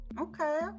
Okay